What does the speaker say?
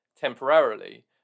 temporarily